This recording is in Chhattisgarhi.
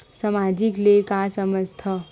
सामाजिक ले का समझ थाव?